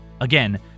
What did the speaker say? Again